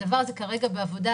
הדבר הזה כרגע בעבודה,